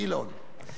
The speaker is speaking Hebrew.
גילאון.